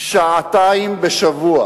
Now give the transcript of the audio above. שעתיים בשבוע